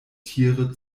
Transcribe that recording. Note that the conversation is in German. tiere